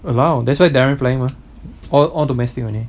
allow that's why darren flying mah all all domestic only